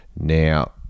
now